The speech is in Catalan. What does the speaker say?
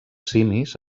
simis